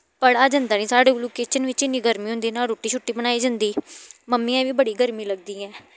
पढ़ेआ जंदा निं साढ़े कोलूं किचन बिच्च इन्नी गर्मी होंदी ना रुट्टी शुट्टी बनाई जंदी मम्मियें बी बड़ी गर्मी लगदी ऐ